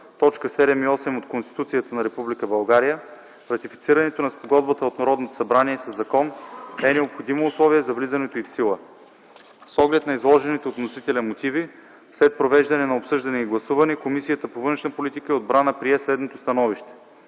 т. 7 и 8 от Конституцията на Република България ратифицирането на спогодбата от Народното събрание със закон е необходимо условие за влизането й в сила. С оглед на изложените от вносителя мотиви след провеждане на обсъждане и гласуване Комисията по външна политика и отбрана прие следното становище: